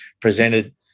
presented